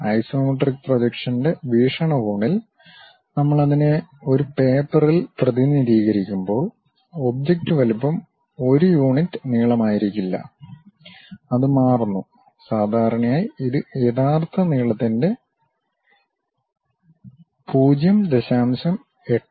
isometric പ്രൊജക്ഷന്റെ വീക്ഷണകോണിൽ നമ്മൾ അതിനെ ഒരു പേപ്പറിൽ പ്രതിനിധീകരിക്കുമ്പോൾ ഒബ്ജക്റ്റ് വലുപ്പം ഒരു യൂണിറ്റ് നീളമായിരിക്കില്ല അത് മാറുന്നു സാധാരണയായി ഇത് യഥാർത്ഥ നീളത്തിന്റെ 0